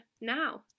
now